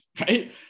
Right